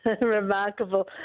Remarkable